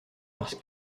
parce